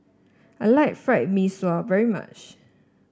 I like Fried Mee Sua very much